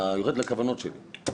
מה